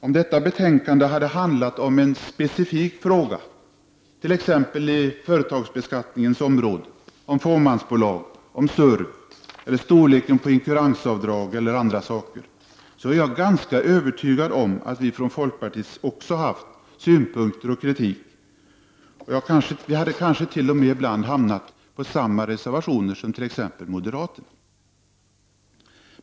Om detta betänkande hade handlat om en specifik fråga, t.ex. på företagsbeskattningens område — om fåmansbolag, SURV, storleken på inkuransavdraget eller andra saker — är jag ganska övertygad om att vi från folkpartiet också haft synpunkter och kritik och kanske t.o.m. avgivit samma reservationer som t.ex. moderaterna.